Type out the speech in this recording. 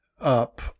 up